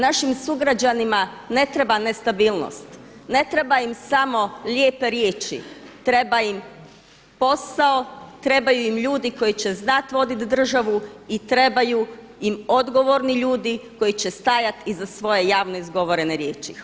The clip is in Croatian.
Našim sugrađanima ne treba nestabilnost, ne treba im samo lijepe riječi, treba im posao, trebaju im ljudi koji će znati voditi državu i trebaju im odgovorni ljudi koji će stajat iza svoje javno izgovorene riječi.